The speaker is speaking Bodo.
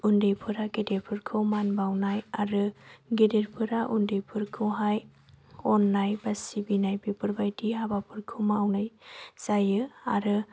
उन्दैफोरा गेदेरफोरखौ मान बावनाय आरो गेदेरफोरा उन्दैफोरखौहाय अननाय बा सिबिनाय बेफोरबायदि हाबाफोरखौ मावनाय जायो आरो